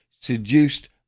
seduced